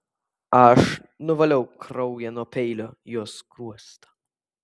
aš nuvaliau kraują nuo peilio į jo skruostą